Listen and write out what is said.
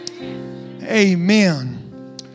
Amen